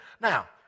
Now